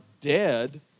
dead